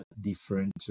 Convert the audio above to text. different